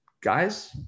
guys